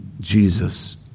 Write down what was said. Jesus